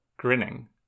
Grinning